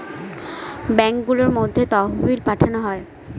ব্যাঙ্কগুলোর মধ্যে তহবিল পাঠানো হয়